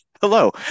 Hello